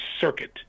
circuit